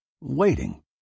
waiting